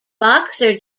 boxer